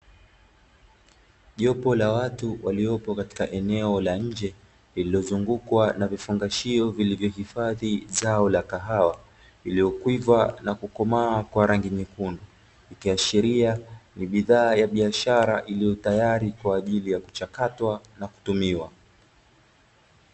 Jopo la watu waliopo katika eneo la nje, lililozungukwa na vifungashio vilivyohifadhi zao la kahawa, iliyokwiva na kukomaa kwa rangi nyekundu. Ikiashiria, ni bidhaa ya biashara iliyo tayari kwa ajili ya kuchakatwa na kutumiwa.